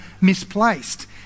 misplaced